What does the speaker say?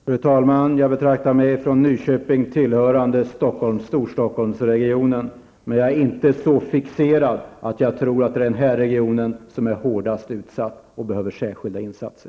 Fru talman! Eftersom jag kommer från Nyköping betraktar jag mig som tillhörande Storstockholmsregionen, men jag är inte så fixerad vid den att jag tror att det är den regionen som är hårdast utsatt och behöver särskilda insatser.